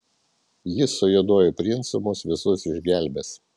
jis su juoduoju princu mus visus išgelbės